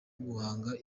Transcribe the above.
guhanga